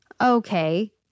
okay